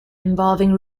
involving